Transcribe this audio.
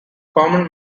common